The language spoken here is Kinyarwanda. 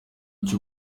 cy’u